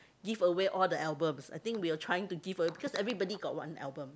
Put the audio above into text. give away all the albums I think we are trying to give away cause everybody got one album